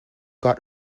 got